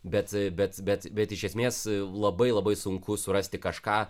bet bet bet bet iš esmės labai labai sunku surasti kažką